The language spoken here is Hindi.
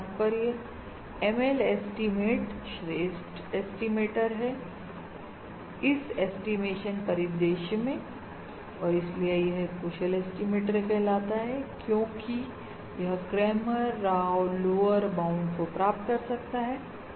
इसका तात्पर्यML एस्टीमेट श्रेष्ठ एस्टिमेटर है इस ऐस्टीमेशन परिदृश्य में और इसीलिए यह एक कुशल एस्टिमेटर कहलाता है क्योंकि यह क्रैमर राव लोअर बाउंड को प्राप्त कर सकता है